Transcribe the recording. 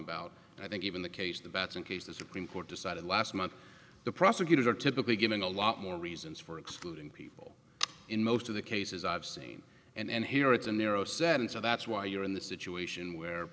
about i think even the case of the baton case the supreme court decided last month the prosecutors are typically given a lot more reasons for excluding people in most of the cases i've seen and here it's a narrow set and so that's why you're in the situation where